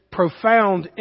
profound